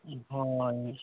হয়